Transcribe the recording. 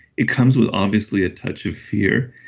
it comes with obviously a touch of fear.